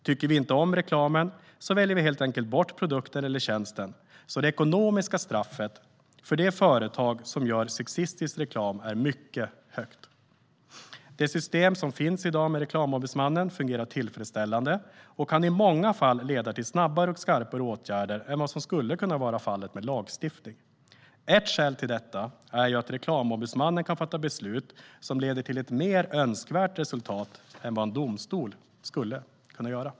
Tycker vi inte om reklamen, så väljer vi helt enkelt bort produkten eller tjänsten. Det ekonomiska straffet för de företag som gör sexistisk reklam i Sverige är mycket högt. Det system som finns i dag med Reklamombudsmannen fungerar tillfredställande och kan i många fall leda till snabbare och skarpare åtgärder än vad som skulle kunna vara fallet med en lagstiftning. Ett skäl till detta är ju att Reklamombudsmannen kan fatta beslut som leder till ett mer önskvärt resultat än vad en domstol skulle kunna göra.